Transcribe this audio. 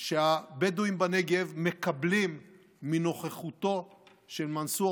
שהבדואים בנגב מקבלים מנוכחותו של מנסור